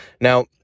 Now